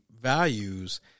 values